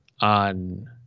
on